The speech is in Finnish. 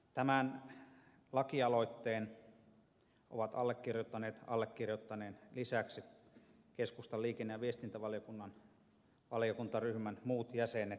tämän lakialoitteen ovat allekirjoittaneet allekirjoittaneen lisäkseni keskustan liikenne ja viestintävaliokunnan valiokuntaryhmän muut jäsenet